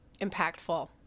impactful